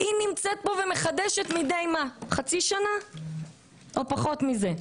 היא נמצאת פה ומחדשת את האישור מידי חצי שנה או פחות מזה.